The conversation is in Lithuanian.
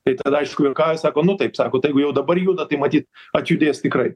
tai tada aišku ir karas sako nu taip sako tai jeigu jau dabar juda tai matyt atjudės tikrai